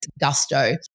gusto